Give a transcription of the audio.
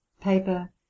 Paper